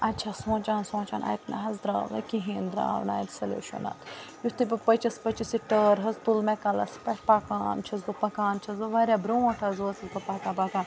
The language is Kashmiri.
اَتہِ چھیٚس سونٛچان سونٛچان اَتہِ نَہ حظ درٛاو نہٕ کِہیٖنۍ درٛاو نہٕ اَتہِ سوٚلیٛوٗشَن اَتھ یُتھُے بہٕ پٔچِس پٔچِس یہِ ٹٲر حظ تُل مےٚ کَلس پٮ۪ٹھ پَکان چھیٚس بہٕ پَکان چھیٚس بہٕ واریاہ برٛونٛٹھ حظ وٲژٕس بہٕ پَکان پَکان